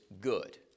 good